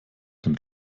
dem